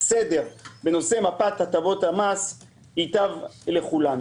סדר בנושא מפת הטבות המס ייטב לכולנו.